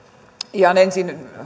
ihan ensin